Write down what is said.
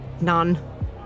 none